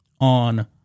on